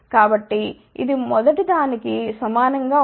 కాబట్టి ఇది మొదటిదానికి సమానం గా ఉంటుంది